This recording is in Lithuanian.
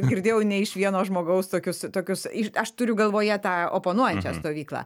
girdėjau ne iš vieno žmogaus tokius tokius aš turiu galvoje tą oponuojančią stovyklą